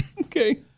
Okay